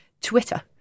Twitter